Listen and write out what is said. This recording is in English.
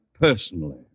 personally